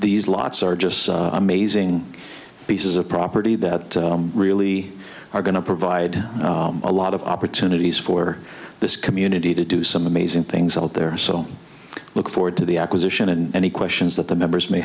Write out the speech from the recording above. these lots are just amazing pieces of property the really are going to provide a lot of opportunities for this community to do some amazing things out there so look forward to the acquisition and any questions that the members may